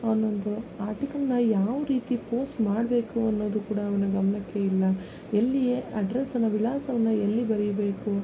ಅವನೊಂದು ಆರ್ಟಿಕಲನ್ನ ಯಾವ ರೀತಿ ಪೋಸ್ಟ್ ಮಾಡಬೇಕು ಅನ್ನೋದು ಕೂಡ ಅವನ ಗಮನಕ್ಕೆ ಇಲ್ಲ ಎಲ್ಲಿ ಅಡ್ರಸನ್ನ ವಿಳಾಸವನ್ನು ಎಲ್ಲಿ ಬರಿಬೇಕು